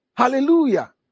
hallelujah